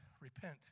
Repent